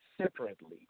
separately